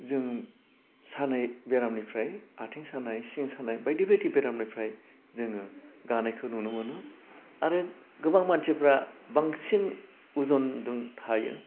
जों सानाय बेरामनिफ्राय आथिं सानाय सिं सानाय बायदि बायदि बेरामनिफ्राय जोङो गानायखौ नुनो मोनो आरो गोबां मानसिफ्रा बांसिन उजनजों थायो